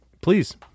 Please